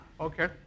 Okay